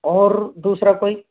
और दूसरा कोई